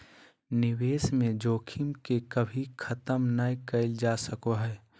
निवेश में जोखिम के कभी खत्म नय कइल जा सको हइ